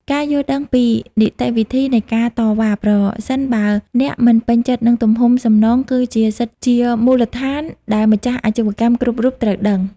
ការយល់ដឹងពី នីតិវិធីនៃការតវ៉ា ប្រសិនបើអ្នកមិនពេញចិត្តនឹងទំហំសំណង គឺជាសិទ្ធិជាមូលដ្ឋានដែលម្ចាស់អាជីវកម្មគ្រប់រូបត្រូវដឹង។